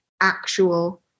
actual